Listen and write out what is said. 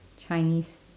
chinese